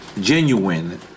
genuine